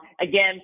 Again